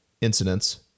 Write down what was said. incidents